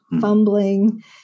fumbling